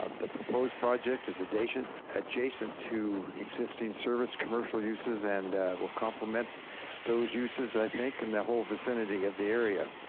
ah the proposed project is adjacent adjacent to existing service commercial uses, and will compliment those uses, i think, in the whole vicinity of the area.